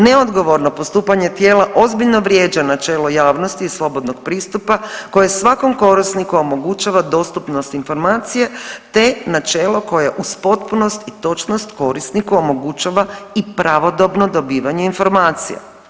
Neodgovorno postupanje tijela ozbiljno vrijeđa načelo javnosti i slobodnog pristupa koje svakom korisniku omogućava dostupnost informacije te načelo koje uz potpunost i točnost korisniku omogućava i pravodobno dobivanje informacija.